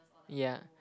ya